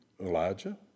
Elijah